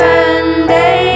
Sunday